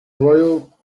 royal